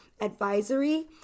advisory